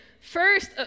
first